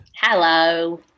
Hello